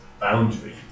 boundary